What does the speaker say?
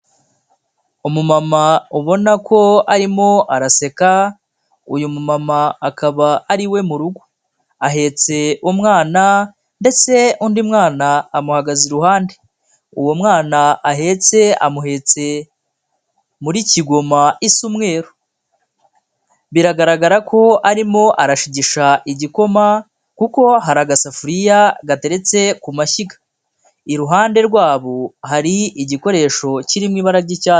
Umumama ubona ko arimo araseka, uyu mumama akaba ari iwe mu rugo ahetse umwana ndetse undi mwana amuhagaze iruhande, uwo mwana ahetse amuheste muri kigoma isa umweru, biragaragara ko arimo arashigisha igikoma kuko hari agasafuriya gateretse ku mashyiga, iruhande rwabo hari igikoresho kiri mu ibara ry'icya.